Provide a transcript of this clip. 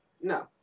No